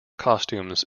costumes